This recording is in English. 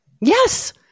Yes